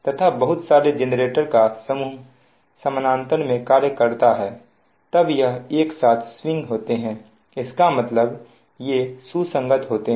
तथा बहुत सारे जनरेटर का समूह समानांतर में कार्य करता है तब यह एक साथ स्विंग होते हैं इसका मतलब य़े सुसंगत होते हैं